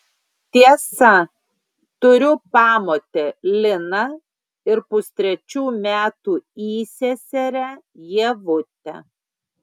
tiesa turiu pamotę liną ir pustrečių metų įseserę ievutę